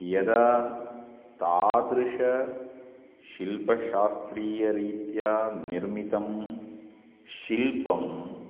यदा तादृशं शिल्पशास्त्रीयरीत्या निर्मितं शिल्पम्